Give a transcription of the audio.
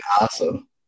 awesome